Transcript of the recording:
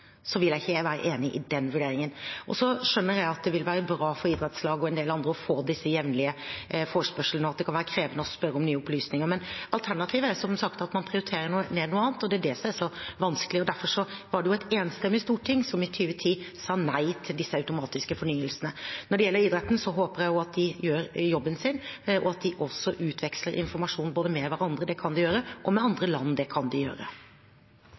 vil ikke jeg være enig i den vurderingen. Så skjønner jeg at det vil være bra for idrettslag og en del andre å få disse jevnlige forespørslene, og at det kan være krevende å spørre om nye opplysninger, men alternativet er som sagt at man prioriterer ned noe annet, og det er det som er så vanskelig. Derfor var det et enstemmig storting som i 2010 sa nei til disse automatiske fornyelsene. Når det gjelder idretten, håper jeg at de gjør jobben sin, og at de også utveksler informasjon, både med hverandre – det kan de gjøre – og med andre land – det kan de gjøre.